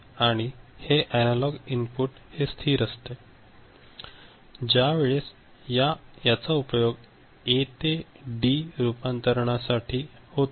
आणि हे analogue input हे स्थिर असते ज्या वेळेस याचा उपयोग ए ते डी रूपांतराना साठी होतो